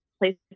place